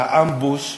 והאמבוש קרוב.